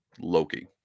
Loki